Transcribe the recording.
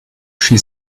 she